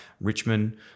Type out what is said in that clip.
richmond